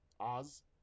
Oz